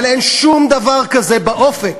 אבל אין שום דבר כזה באופק,